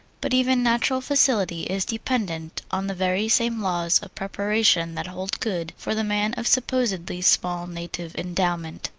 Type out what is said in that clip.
but even natural facility is dependent on the very same laws of preparation that hold good for the man of supposedly small native endowment.